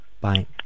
Bye